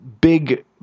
Big